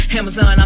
Amazon